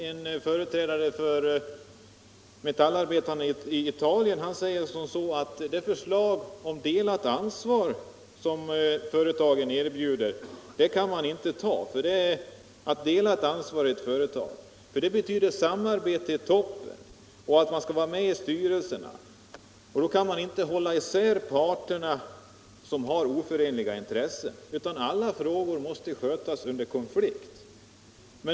En företrädare för metallarbetarna i Italien säger att delat ansvar, som företagen erbjuder, kan man inte ta. Att dela ansvaret i ett företag betyder samarbete i toppen och att man skall vara med i styrelsen. Man kan då inte hålla isär parterna, som har oförenliga intressen, utan alla frågor måste skötas under konflikt.